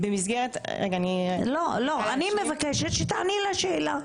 אני מבקשת שתעני על השאלה.